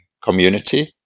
community